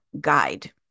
guide